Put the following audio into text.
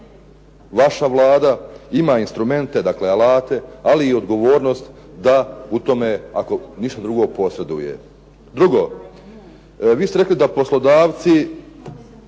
vaša Vlada ima instrumente, dakle alate ali i odgovornost da u tome ako ništa drugo posreduje. Drugo, vi ste rekli da poslodavci